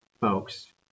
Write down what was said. folks